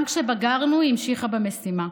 גם כשבגרנו המשיכה במשימה,